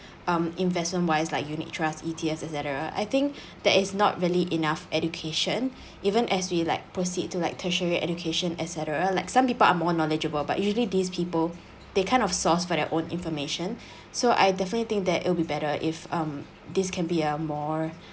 um investment wise like unit trusts E_T_S et cetera I think that is not really enough education even as we like proceed to like tertiary education et cetera like some people are more knowledgeable but usually these people they kind of source for their own information so I definitely think that it'll be better if um this can be a more